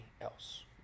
else